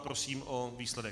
Prosím o výsledek.